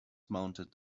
mounted